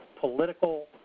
political